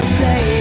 say